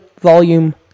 Volume